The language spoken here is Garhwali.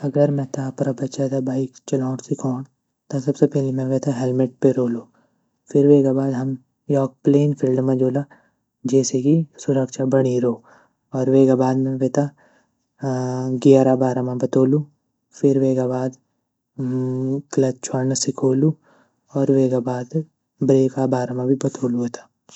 अगर मेता अपरा बच्चा त बाइक चलोंण सीखोंण त सबसे पैली मे वेता हेलमेट पेरोन्लू फिर वेगा बाद हम योक प्लेन फ़ील्ड म जोला जेसे की सुरक्षा बणी रो और वेगा बाद मैं वेता गियर आ बारा म बतोलू फिर वेगा बाद क्लच छवण्ढ सिखोलू और वेगा बाद ब्रेक आ बारा म भी बतोलू वेता।